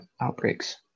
outbreaks